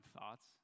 thoughts